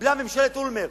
קיבלה ממשלת אולמרט,